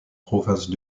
province